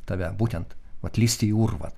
tave būtent vat lįsti į urvą